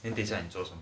at least when I close